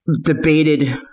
debated